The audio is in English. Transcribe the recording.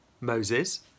Moses